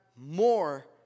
more